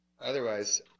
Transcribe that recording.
otherwise